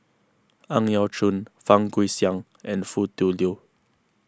Ang Yau Choon Fang Guixiang and Foo Tui Liew